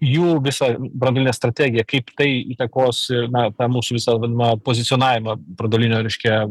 jų visa branduolinė strategijė kaip tai įtakos na tą mūsų visą vadinamą pozicionavimą branduolinio reiškia